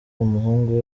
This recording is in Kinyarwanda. umuhungu